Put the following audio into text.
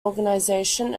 organisation